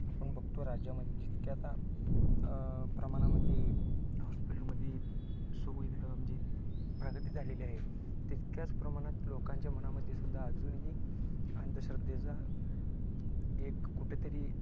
आपण बघतो राज्यामध्ये जितक्या आता प्रमाणामध्ये हॉस्पिटलमध्ये सुविधा म्हणजे प्रगती झालेली आहे तितक्याच प्रमाणात लोकांच्या मनामध्येसुद्धा अजूनही अंधश्रद्धेचा एक कुठंतरी